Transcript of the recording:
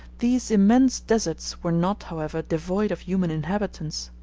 these immense deserts were not, however, devoid of human inhabitants.